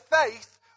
faith